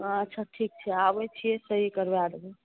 अच्छा ठीक छै आबै छियै सही करवाय देबै